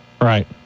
Right